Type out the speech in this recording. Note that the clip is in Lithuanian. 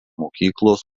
mokyklos